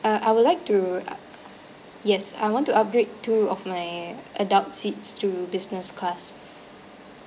uh I would like to uh yes I want to upgrade two of my adult seats to business class